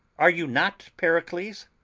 are you not pericles!